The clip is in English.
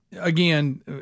again